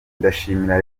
ndashimira